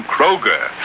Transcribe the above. Kroger